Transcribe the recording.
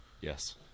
Yes